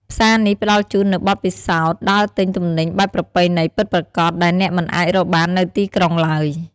ផ្សារនេះផ្តល់ជូននូវបទពិសោធន៍ដើរទិញទំនិញបែបប្រពៃណីពិតប្រាកដដែលអ្នកមិនអាចរកបាននៅទីក្រុងឡើយ។